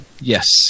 Yes